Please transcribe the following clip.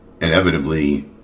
inevitably